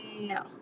No